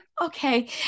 okay